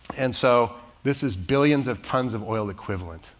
and so this is billions of tons of oil equivalent.